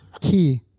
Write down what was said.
key